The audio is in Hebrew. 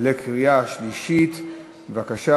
בקריאה שלישית, בבקשה.